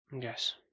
Yes